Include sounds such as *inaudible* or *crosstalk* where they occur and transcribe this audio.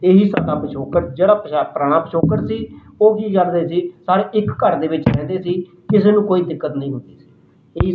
ਇਹੀ ਸਾਡਾ ਪਿਛੋਕੜ ਜਿਹੜਾ ਪਛਾ ਪੁਰਾਣਾ ਪਿਛੋਕੜ ਸੀ ਉਹ ਕੀ ਕਰਦੇ ਸੀ ਸਾਰੇ ਇੱਕ ਘਰ ਦੇ ਵਿੱਚ ਰਹਿੰਦੇ ਸੀ ਕਿਸੇ ਨੂੰ ਕੋਈ ਦਿੱਕਤ ਨਹੀਂ ਹੁੰਦੀ ਸੀ *unintelligible*